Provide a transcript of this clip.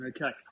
Okay